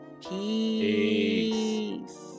Peace